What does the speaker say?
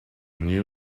new